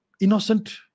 innocent